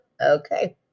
Okay